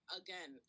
again